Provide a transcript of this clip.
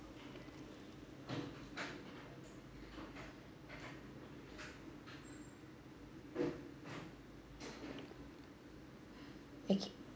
okay